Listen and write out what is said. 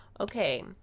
okay